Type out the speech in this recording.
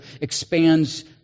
expands